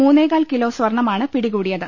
മൂന്നേകാൽ kilo സ്വർണമാണ് പിടികൂടിയത്